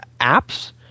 apps